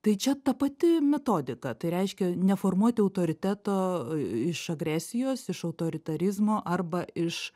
tai čia ta pati metodika tai reiškia neformuoti autoriteto iš agresijos iš autoritarizmo arba iš